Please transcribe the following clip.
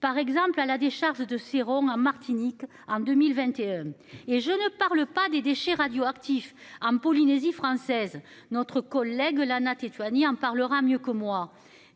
par exemple à la décharge de sirop en Martinique en 2021 et je ne parle pas des déchets radioactifs en Polynésie française, notre collègue là Nath ni en parlera mieux que moi.